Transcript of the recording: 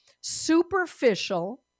superficial